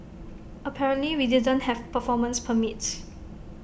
apparently we didn't have performance permits